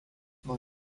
nuo